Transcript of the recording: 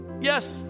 Yes